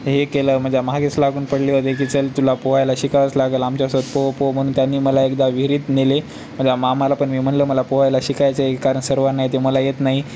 हे केलं माझ्या मागेच लागून पडले होते की चल तुला पोहायला शिकावंच लागंल आमच्यासोबत पोह पोह म्हणून त्यांनी मला एकदा विहिरीत नेले माझ्या मामाला पण मी म्हणलं मला पोहायला शिकायचं आहे कारण सर्वांना येते मला येत नाही